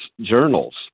journals